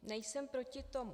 Nejsem proti tomu.